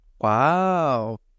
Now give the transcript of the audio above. Wow